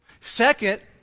Second